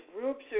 groups